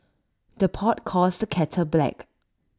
the pot calls the kettle black